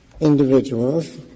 individuals